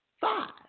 five